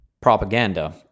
propaganda